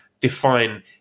define